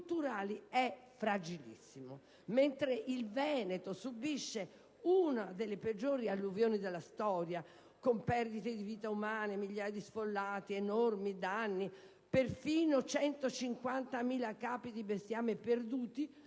Mongiello).* Mentre il Veneto subisce una delle peggiori alluvioni della storia, con perdite di vite umane, migliaia di sfollati, enormi danni, perfino 150.000 capi di bestiame perduti,